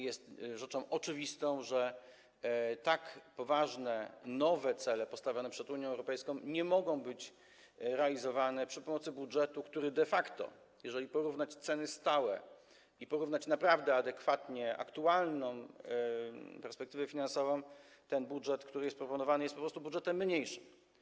Jest rzeczą oczywistą, że tak poważne nowe cele postawione przed Unią Europejską nie mogą być realizowane przy pomocy budżetu, który de facto, jeżeli porównać ceny stałe i porównać naprawdę adekwatnie aktualną perspektywę finansową, jest po prostu budżetem mniejszym.